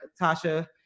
tasha